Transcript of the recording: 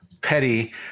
petty